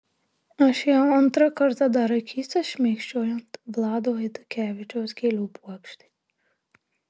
aš ėjau antrą kartą dar akyse šmėkščiojant vlado eidukevičiaus gėlių puokštei